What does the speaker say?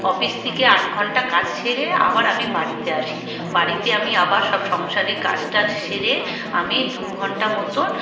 office থেকে আট ঘণ্টা কাজ সেরে আবার আমি বাড়িতে আসি বাড়িতে আমি আবার সব সংসারের কাজ টাজ সেরে আমি দু ঘণ্টা মতন